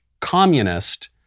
communist